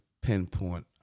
pinpoint